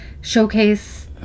Showcase